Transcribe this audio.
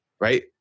Right